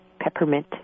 Peppermint